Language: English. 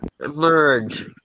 Emerge